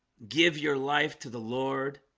give your life to the lord